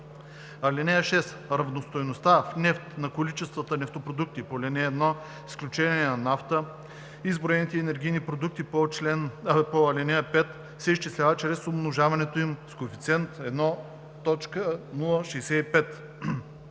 „б“. (6) Равностойността в нефт на количествата нефтопродукти по ал. 1, с изключение на нафта и изброените енергийни продукти по ал. 5 се изчислява чрез умножаването им с коефициент 1,065.